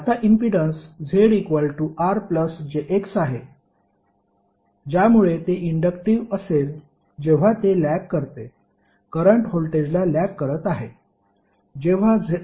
आता impedance ZRjX आहे ज्यामुळे ते इंडक्टिव्ह असेल जेव्हा ते लॅग करते करंट व्होल्टेजला लॅग करत आहे